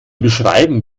beschreiben